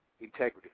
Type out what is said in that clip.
integrity